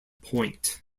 point